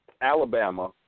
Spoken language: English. Alabama